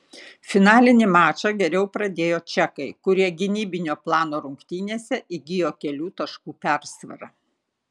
finalinį mačą geriau pradėjo čekai kurie gynybinio plano rungtynėse įgijo kelių taškų persvarą